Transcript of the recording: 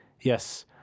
Yes